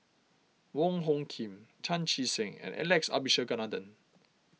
Wong Hung Khim Chan Chee Seng and Alex Abisheganaden